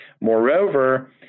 Moreover